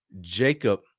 Jacob